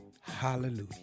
Hallelujah